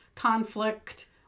conflict